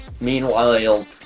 meanwhile